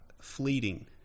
fleeting